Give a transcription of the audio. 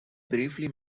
briefly